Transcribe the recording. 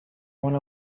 want